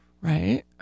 Right